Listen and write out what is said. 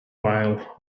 pile